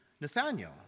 Nathaniel